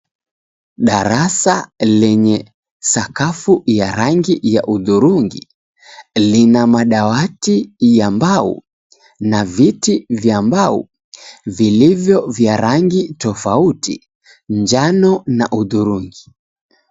Darasa lenye sakafu ya rangi ya udhurungi lina madawati ya mbao na viti vya mbao vilivyo vya rangi tofauti, njano na udhurungi.